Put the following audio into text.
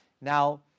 Now